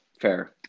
Fair